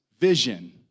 vision